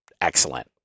excellent